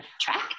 track